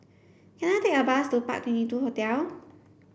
can I take a bus to Park twenty two Hotel